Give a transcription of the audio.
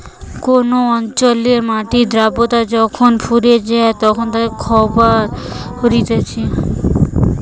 কোন অঞ্চলের মাটির আদ্রতা যখন ফুরিয়ে যায় তখন খরা হতিছে